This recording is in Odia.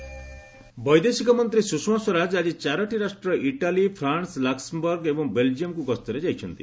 ସୁଷମା ଭିଜିଟ୍ ବୈଦେଶିକ ମନ୍ତ୍ରୀ ସୁଷମା ସ୍ୱରାଜ ଆଜି ଚାରିଟି ରାଷ୍ଟ୍ର ଇଟାଲୀ ଫ୍ରାନ୍ନ ଲକ୍କମବର୍ଗ ଏବଂ ବେଲ୍ଜିୟମ୍କୁ ଗସ୍ତରେ ଯାଇଛନ୍ତି